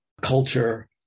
culture